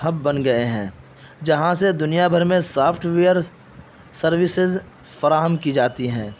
hub بن گئے ہیں جہاں سے دنیا بھر میں سافٹ ویئر سروسز فراہم کی جاتی ہیں